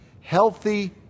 healthy